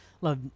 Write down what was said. Love